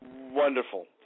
Wonderful